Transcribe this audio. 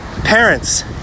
parents